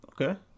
Okay